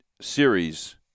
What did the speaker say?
series